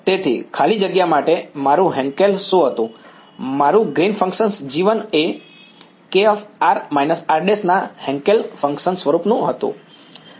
તેથી ખાલી જગ્યા માટે મારું હેન્કેલ શું હતું માય ગ્રીન્સ ફંક્શન G1 એ k|r − r′| ના હેન્કેલ ફંક્શન સ્વરૂપનું હતું